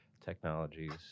technologies